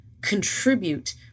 contribute